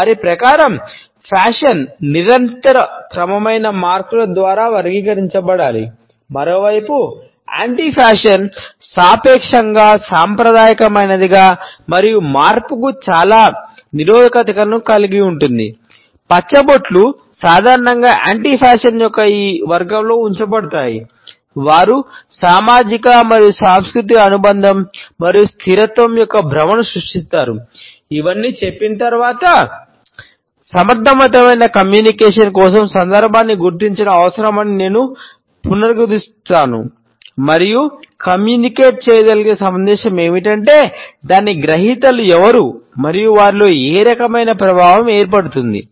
వారి ప్రకారం ఫ్యాషన్ చేయదలిచిన సందేశం ఏమిటి దాని గ్రహీతలు ఎవరు మరియు వారిలో ఏ రకమైన ప్రభావం ఏర్పడుతుంది